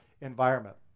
environment